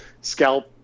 scalp